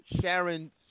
Sharon